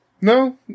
No